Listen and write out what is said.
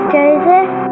Joseph